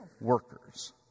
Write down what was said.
workers